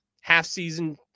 half-season